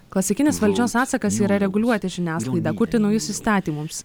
klasikinis valdžios atsakas yra reguliuoti žiniasklaidą kurti naujus įstatymus